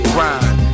Grind